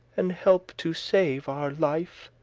and help to save our life.